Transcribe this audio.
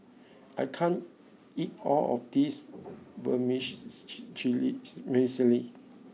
I can't eat all of this